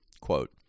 Quote